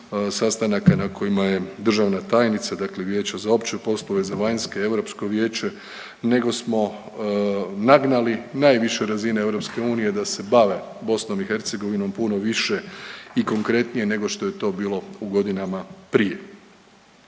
sastanaka na kojima je državna tajnica, dakle Vijeća za opće poslove, za vanjske, Europsko vijeće, nego smo nagnali najviše razine EU da se bave BiH puno više i konkretnije nego što je to bilo u godinama prije.